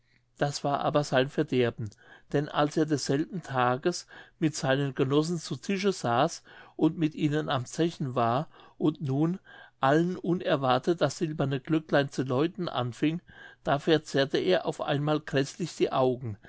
das war aber sein verderben denn als er desselben tages mit seinen genossen zu tische saß und mit ihnen am zechen war und nun allen unerwartet das silberne glöcklein zu läuten anfing da verzerrte er auf einmal gräßlich die augen